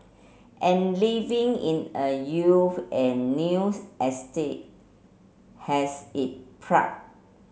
and living in a you and news estate has it